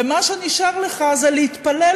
ומה שנשאר לך זה להתפלל,